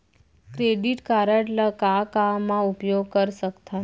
Credit card ला का का मा उपयोग कर सकथन?